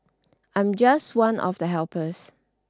I'm just one of the helpers